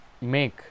make